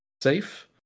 safe